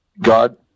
God